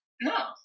No